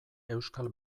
euskal